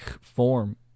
form